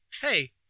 hey